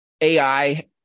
AI –